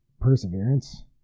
Perseverance